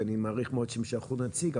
ואני מעריך מאוד שהם שלחו נציג,